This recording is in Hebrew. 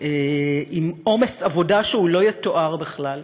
עם עומס עבודה שלא יתואר בכלל.